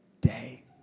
day